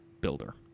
builder